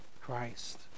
Christ